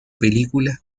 películas